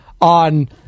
on